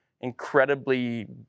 incredibly